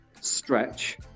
stretch